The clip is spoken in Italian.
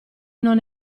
non